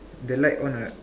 the light one ah